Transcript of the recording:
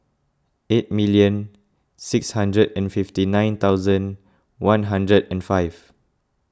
eight million six hundred and fifty nine thousand one hundred and five